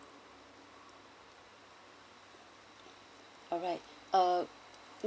alright uh mm